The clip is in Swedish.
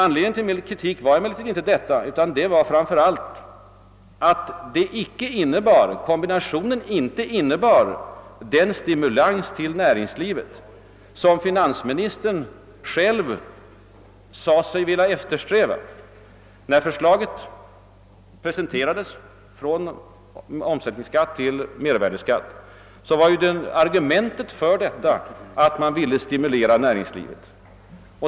Anledningen till min kritik var emellertid inte detta, utan anledningen var framför allt att kombinationen inte innebar den stimulans till näringslivet som finansministern själv sade sig vilja eftersträva. När förslaget om övergång från omsättningsskatt till mervärdeskatt presenterades var ju finansministerns argument härför att man ville stimulera näringslivet.